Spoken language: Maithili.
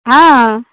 हँ